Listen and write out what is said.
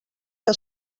que